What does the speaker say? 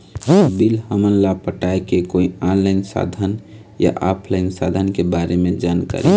Bill हमन ला पटाए के कोई ऑनलाइन साधन या ऑफलाइन साधन के बारे मे जानकारी?